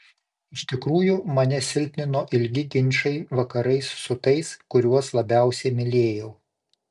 iš tikrųjų mane silpnino ilgi ginčai vakarais su tais kuriuos labiausiai mylėjau